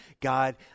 God